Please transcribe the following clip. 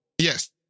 Yes